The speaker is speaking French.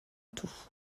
tout